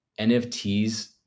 NFTs